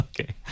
Okay